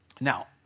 Now